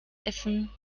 essen